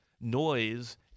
noise